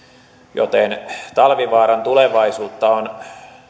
joten talvivaaran tulevaisuutta on